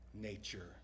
nature